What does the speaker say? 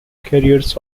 careers